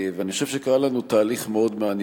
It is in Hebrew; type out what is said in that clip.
ואני חושב שקרה לנו תהליך מאוד מעניין.